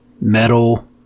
metal